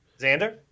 Xander